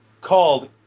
called